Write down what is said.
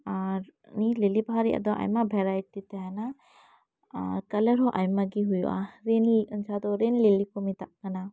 ᱟᱨ ᱞᱤᱞᱤ ᱵᱟᱦᱟ ᱨᱮᱭᱟᱜ ᱫᱚ ᱟᱭᱢᱟ ᱵᱷᱮᱨᱟᱭᱴᱤ ᱛᱟᱦᱮᱸᱱᱟ ᱟᱨ ᱠᱟᱞᱟᱨ ᱦᱚᱸ ᱟᱭᱢᱟᱜᱮ ᱦᱩᱭᱩᱜᱼᱟ ᱞᱤᱞᱤ ᱡᱟᱦᱟᱸ ᱫᱚ ᱞᱤᱞᱤ ᱠᱚ ᱢᱮᱛᱟᱜ ᱠᱟᱱᱟ